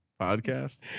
podcast